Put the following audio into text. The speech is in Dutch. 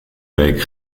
week